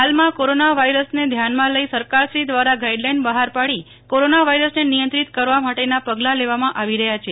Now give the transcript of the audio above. હાલમાં કોરોના વાયરસને ધ્યાનમાં લઈ સરકારશ્રો દવારા ગાઈડલાઈન બહાર પાડી કોરોના વાયરસને નિયત્રીત કરવા માટેના પગલા લેવામાં આવી રહયા છે